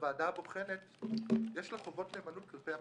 לוועדה הבוחנת יש חובות נאמנות כלפי המתמחים,